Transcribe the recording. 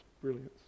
brilliance